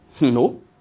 No